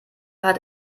hat